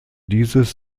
dieses